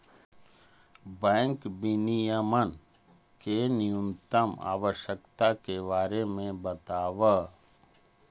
bank विनियमन के न्यूनतम आवश्यकता के बारे में बतावऽ